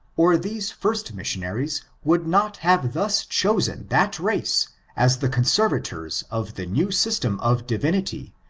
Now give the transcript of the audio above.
or these first missionaries would not have thus chosen that race as the conserv ators of the new system of divinity,